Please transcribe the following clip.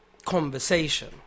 conversation